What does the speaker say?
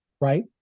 right